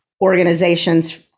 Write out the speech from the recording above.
organizations